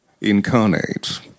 incarnate